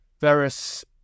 various